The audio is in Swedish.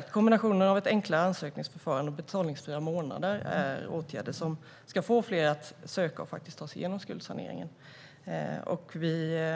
Kombinationen av ett enklare ansökningsförfarande och betalningsfria månader är åtgärder som ska få fler att söka och faktiskt ta sig igenom skuldsaneringen. Vi